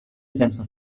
sense